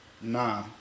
Nah